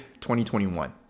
2021